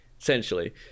essentially